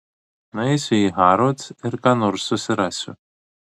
nueisiu į harrods ir ką nors susirasiu